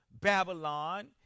Babylon